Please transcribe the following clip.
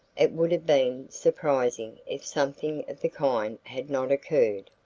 it would have been surprising if something of the kind had not occurred.